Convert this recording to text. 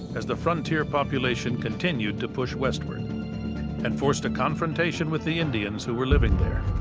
as the frontier population continued to push westward and forced a confrontation with the indians who were living there.